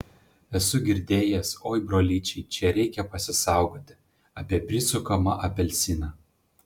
esu girdėjęs oi brolyčiai čia reikia pasisaugoti apie prisukamą apelsiną